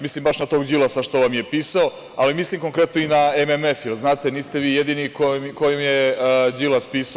Mislim baš na tog Đilasa što vam je pisao, ali mislim konkretno i na MMF, jer niste vi jedini kome je Đilas pisao.